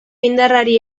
indarrari